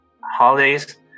holidays